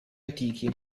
antichi